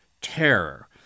terror